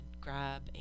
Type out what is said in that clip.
grab